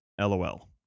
LOL